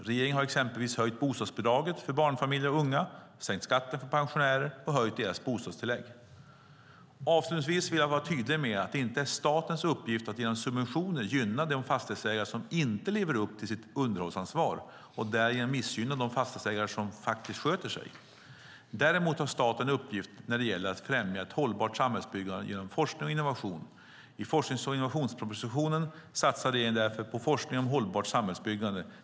Regeringen har exempelvis höjt bostadsbidraget för barnfamiljer och unga, sänkt skatten för pensionärer och höjt deras bostadstillägg. Avslutningsvis vill jag vara tydlig med att det inte är statens uppgift att genom subventioner gynna de fastighetsägare som inte lever upp till sitt underhållsansvar och därigenom missgynna de fastighetsägare som faktiskt sköter sig. Däremot har staten en uppgift när det gäller att främja ett hållbart samhällsbyggande genom forskning och innovation. I forsknings och innovationspropositionen satsar regeringen därför på forskning om hållbart samhällsbyggande.